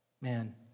Man